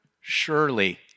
surely